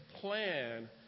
plan